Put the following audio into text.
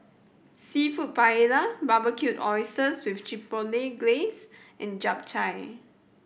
Seafood Paella Barbecued Oysters with Glaze and Japchae